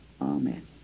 Amen